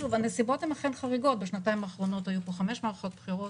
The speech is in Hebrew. הנסיבות אכן חריגות: בשנתיים האחרונות היו כאן חמש מערכות בחירות.